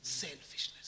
selfishness